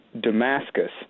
Damascus